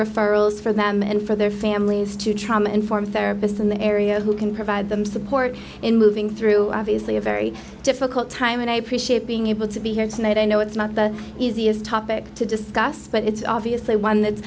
referrals for them and for their families to trauma informed therapists in the area who can provide them support in moving through obviously a very difficult time and i appreciate being able to be here tonight i know it's not the easiest topic to discuss but it's obviously one that's